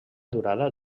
durada